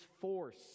force